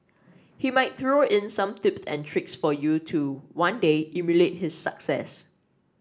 he might throw in some tips and tricks for you to one day emulate his success